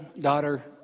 daughter